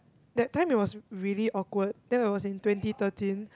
that time it was really awkward then it was in twenty thirteen